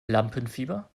lampenfieber